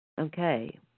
Okay